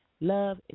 Love